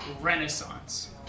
Renaissance